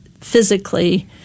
physically